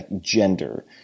gender